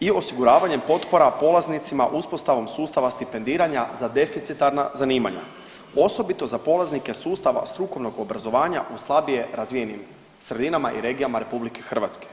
i osiguravanjem potpora polaznicima uspostavom sustava stipendiranja za deficitarna zanimanja, osobito za polaznike sustava strukovnog obrazovanja u slabije razvijenim sredinama i regijama RH.